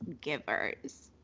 givers